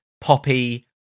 poppy